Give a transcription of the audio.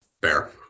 Bear